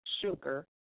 sugar